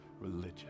religion